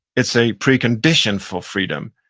it's a precondition for freedom,